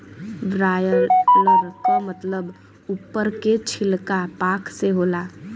broiler क मतलब उप्पर के छिलका पांख से होला